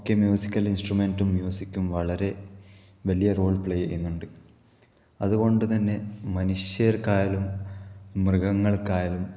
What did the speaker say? ഒക്കെ മ്യൂസിക്കല് ഇന്സ്ട്രമെന്റ്റ്റും മ്യൂസിക്കും വളരെ വലിയ റോള് പ്ലേ ചെയ്യുന്നുണ്ട് അതുകൊണ്ടുതന്നെ മനുഷ്യര്ക്കായാലും മൃഗങ്ങള്ക്കായാലും